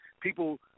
People